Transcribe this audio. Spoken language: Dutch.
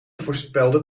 voorspelde